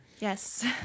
Yes